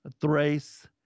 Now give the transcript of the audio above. Thrace